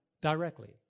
directly